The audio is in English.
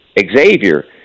Xavier